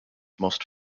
most